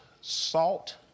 salt